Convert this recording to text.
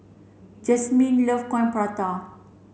Jasmyn love coin prata